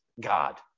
God